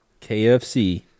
KFC